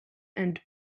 and